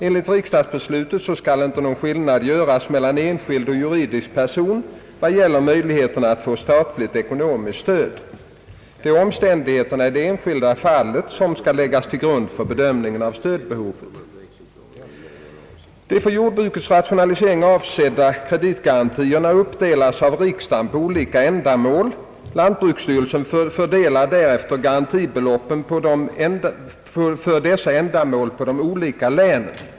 Enligt riksdagsbeslutet skall någon skillnad inte göras mellan enskild och juridisk person vad gäller möjligheterna att få statligt ekonomiskt stöd. Det är omständigheterna i det enskilda fallet, som läggs till grund för bedömning av stödbehovet. De för jordbrukets rationalisering avsedda kreditgarantierna uppdelas av riksdagen på olika ändamål. Lantbruksstyrelsen fördelar därefter garantibeloppen för dessa ändamål på olika län.